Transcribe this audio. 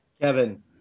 Kevin